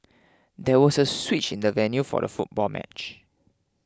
there was a switch in the venue for the football match